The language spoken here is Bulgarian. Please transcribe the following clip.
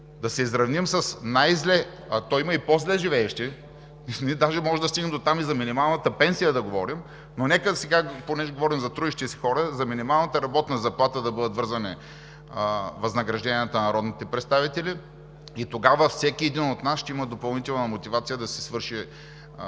да се изравним с най-зле, а има и по-зле живеещи. Даже можем да стигнем дотам и за минималната пенсия да говорим, но понеже сега говорим за трудещи се хора, за минималната работна заплата да бъдат вързани възнагражденията на народните представители. Тогава всеки от нас ще има допълнителна мотивация да си свърши